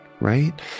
right